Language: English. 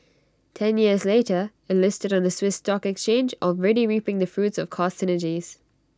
ten years later IT listed on the Swiss stock exchange already reaping the fruits of cost synergies